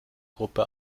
gruppe